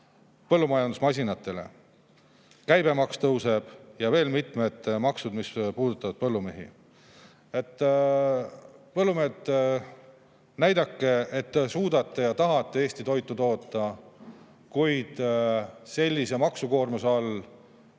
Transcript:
põllumajandusmasinatele –, käibemaks tõuseb ja veel mitmed maksud, mis puudutavad põllumehi. Põllumehed, näidake, et te suudate ja tahate Eesti toitu toota! Sellise maksukoormuse all